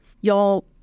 y'all